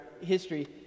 history